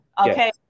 Okay